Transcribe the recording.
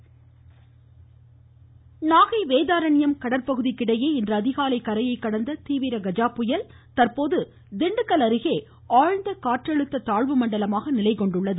கஜா புயல் பாலச்சந்திரன் நாகை வேதாரண்யம் கடற்பகுதிக்கிடையே இன்று அதிகாலை கரையை கடந்த தீவிர கஜா புயல் தற்போது திண்டுக்கல் அருகே ஆழ்ந்த காற்றழுத்த தாழ்வு மண்டலமாக நிலை கொண்டுள்ளது